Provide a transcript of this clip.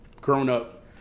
grown-up